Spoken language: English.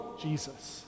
Jesus